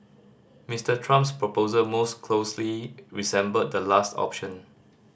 Mister Trump's proposal most closely resembled the last option